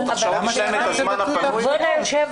יש להם את הזמן הפנוי --- אדוני היו"ר,